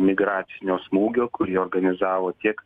migracinio smūgio kurį organizavo tiek